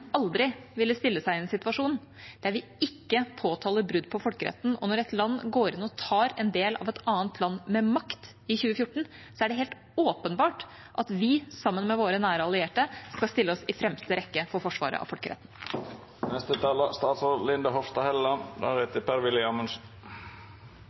aldri ville stille seg i en situasjon der vi ikke påtaler brudd på folkeretten. Når et land går inn og tar en del av et annet land med makt i 2014, er det helt åpenbart at vi, sammen med våre nære allierte, skal stille oss i fremste rekke for forsvaret av